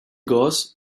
gross